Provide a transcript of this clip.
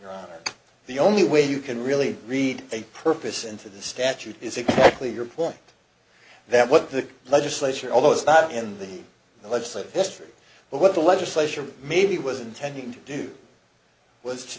the only way you can really read a purpose into the statute is exactly your point that what the legislature although it's not in the legislative history but what the legislature maybe was intending to do was